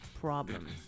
problems